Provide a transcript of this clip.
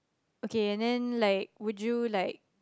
okay and then like would you like